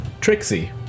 Trixie